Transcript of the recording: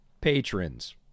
patrons